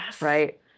right